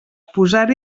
posar